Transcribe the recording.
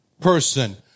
person